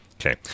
Okay